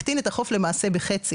מקטין את החוף למעשה בחצי.